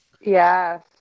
yes